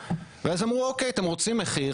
ואז הם אמרו: "אוקיי, אתם רוצים מחיר?